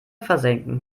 versenken